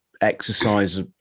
exercise